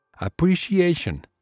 appreciation